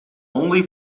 only